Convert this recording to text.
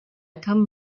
come